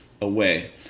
away